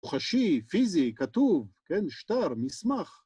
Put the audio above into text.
מוחשי, פיזי, כתוב, כן? שטר, מסמך.